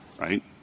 right